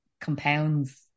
compounds